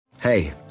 Hey